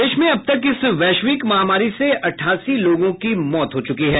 प्रदेश में अब तक इस वैश्विक महामारी से अठासी लोगों की मौत हो चुकी है